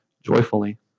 joyfully